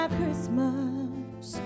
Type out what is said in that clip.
Christmas